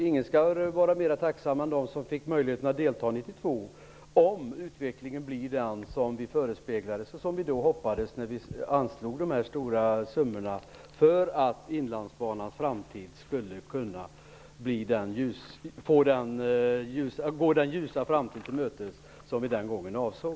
Ingen kan vara mer tacksam än de som fick möjligheten att delta i beslutet år 1992 om utvecklingen blir den som vi förespeglades och som vi då hoppades när vi anslog dessa stora summor för att Inlandsbanan skulle kunna gå den ljusa framtid till mötes som vi den gången avsåg.